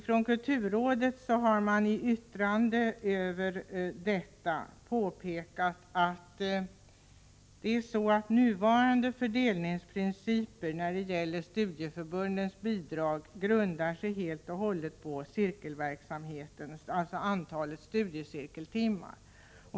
Från kulturrådet har man i yttrande över detta påpekat att nuvarande fördelningsprinciper när det gäller studieförbundens bidrag grundar sig helt och hållet på antalet studiecirkeltimmar.